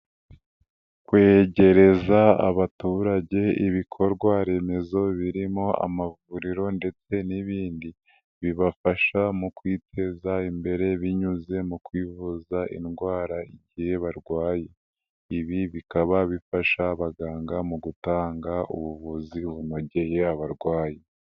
Kwegereza abaturage ibikorwaremezo birimo amavuriro ndetse n'ibindi, bibafasha mu kwiteza imbere binyuze mu kwivuza indwara igihe barwaye. Ibi bikaba bifasha abaganga mu gutanga ubuvuzi bunogeye abarwayi.